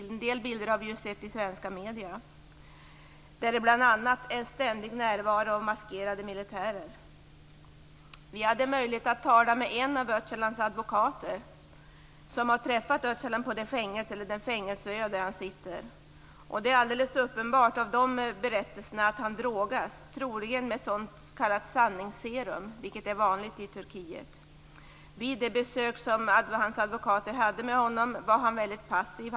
En del bilder har vi ju sett i svenska medier. Det är bl.a. en ständig närvaro av maskerade militärer. Vi hade möjlighet att tala med en av Öcalans advokater som har träffat Öcalan på den fängelseö där han sitter. Det är alldeles uppenbart av de berättelserna att han drogas troligen med ett s.k. sanningsserum, vilket är vanligt i Turkiet. Vid de besök som hans advokater hade med honom var han väldigt passiv.